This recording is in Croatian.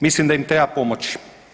Mislim da im treba pomoći.